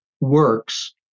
works